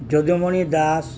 Jadumani Das